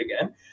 again